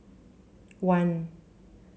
one